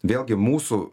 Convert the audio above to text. vėlgi mūsų